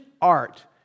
art